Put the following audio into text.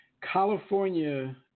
California